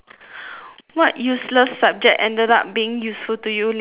what useless subject ended up being useful to you later in life